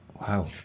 Wow